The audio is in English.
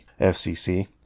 FCC